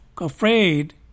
afraid